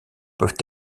peuvent